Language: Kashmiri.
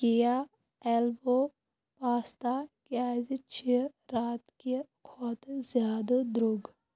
کِیا ایلبو پاستا کیٛازِ چھ راتہٕ کہِ کھۄتہٕ زیادٕ درٛۅگ